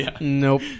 Nope